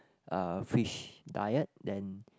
uh fish diet than